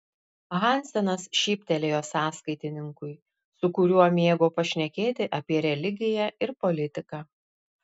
hansenas šyptelėjo sąskaitininkui su kuriuo mėgo pašnekėti apie religiją ir politiką